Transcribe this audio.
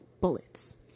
bullets